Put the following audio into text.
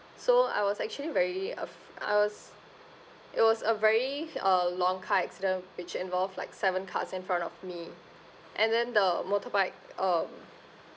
so I was actually very af~ I was it was a very uh long car accident which involved like seven cars in front of me and then the motorbike um